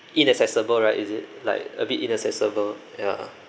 inaccessible right is it like a bit inaccessible ya